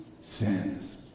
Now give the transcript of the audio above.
sins